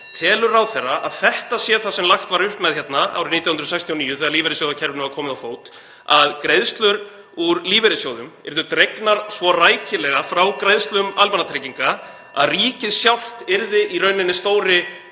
Telur ráðherra að þetta sé það sem lagt var upp með hérna árið 1969 þegar lífeyrissjóðakerfinu var komið á fót, að greiðslur úr lífeyrissjóðum yrðu dregnar svo rækilega frá greiðslum almannatrygginga að ríkið sjálft yrði í rauninni stóri